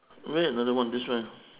where another one this one